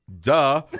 duh